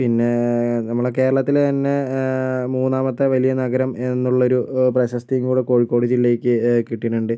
പിന്നെ നമ്മുടെ കേരളത്തിൽ തന്നെ മൂന്നാമത്തെ വലിയ നഗരം എന്നുള്ള ഒരു പ്രശസ്തിയും കൂടി കോഴിക്കോട് ജില്ലക്ക് കിട്ടിട്ടുണ്ട്